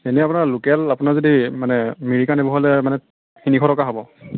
এনে আপোনাৰ লোকেল আপোনাৰ যদি মানে মিৰিকা টাইপ হ'লে মানে তিনিশ টকা হ'ব